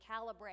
calibrate